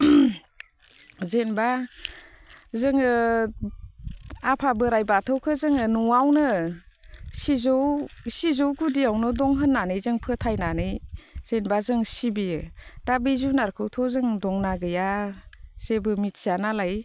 जेन'बा जोङो आफा बोराइ बाथौखो जोङो न'आवनो सिजौ सिजौ गुदियावनो दं होननानै जों फोथायनानै जेन'बा जों सिबियो दा बे जुनारखोथ' जों दंना गैया जेबो मिथिया नालाय